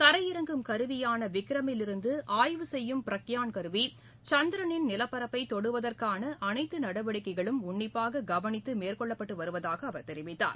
தரையிறங்கும் கருவியான விக்ரமில் இருந்து ஆய்வு செய்யும் ப்ரக்யான் கருவி சந்திரனின் நிலபரப்பை தொடுவதற்கான அனைத்து நடவடிக்கைகளும் உன்னிப்பாக கவனித்து மேற்கொள்ளப்பட்டு வருவதாக அவர் தெரிவித்தார்